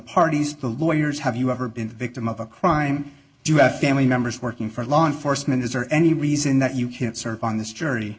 parties to lawyers have you ever been the victim of a crime do you have family members working for law enforcement is there any reason that you can't serve on this jour